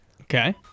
Okay